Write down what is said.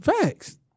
Facts